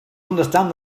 understand